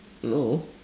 no